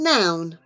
Noun